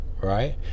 right